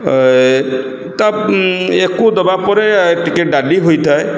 ତାକୁ ୟା' ପରେ ଟିକେ ଡାଲି ହୋଇଥାଏ